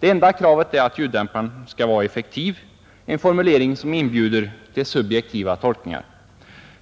Det enda kravet är att ljuddämpafen skall vara effektiv, en formulering som inbjuder till subjektiva tolkningar.